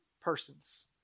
persons